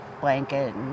blanket